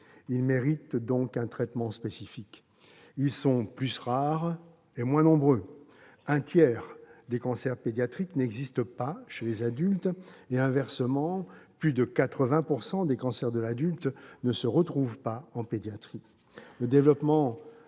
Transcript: Ils méritent donc un traitement spécifique. Ils sont plus rares et moins nombreux. Un tiers des cancers pédiatriques n'existent pas chez les adultes et, inversement, plus de 80 % des cancers de l'adulte ne se retrouvent pas en pédiatrie. Le développement